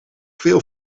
veel